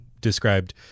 described